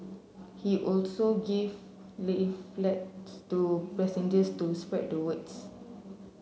he also gave leaflets to passengers to spread the words